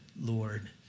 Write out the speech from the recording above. Lord